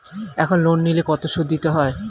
এখন লোন নিলে কত সুদ দিতে হয়?